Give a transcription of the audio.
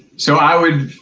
so i would,